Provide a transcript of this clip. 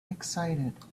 excited